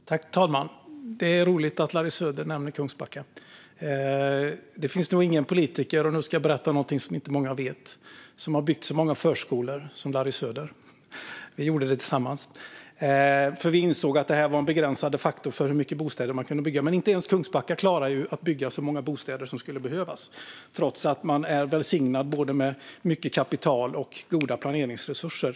Fru talman! Det är roligt att Larry Söder nämner Kungsbacka. Det är nog inte många som vet det, men det finns nog ingen politiker som har byggt så många förskolor som Larry Söder har gjort. Det gjorde vi tillsammans, eftersom vi insåg att det var en begränsande faktor för hur många bostäder man kunde bygga. Men inte ens Kungsbacka klarar av att bygga så många bostäder som skulle behövas, trots att man är välsignad med både mycket kapital och goda planeringsresurser.